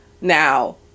Now